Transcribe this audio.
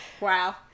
Wow